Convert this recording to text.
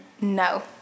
No